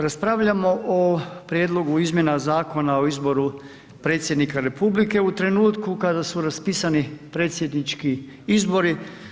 Raspravljamo o Prijedlogu izmjena Zakona o izboru predsjednika Republike u trenutku kada su raspisani predsjednički izbori.